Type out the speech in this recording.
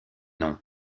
nom